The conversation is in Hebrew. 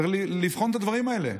צריך לבחון את הדברים האלה.